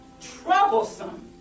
troublesome